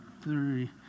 three